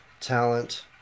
Talent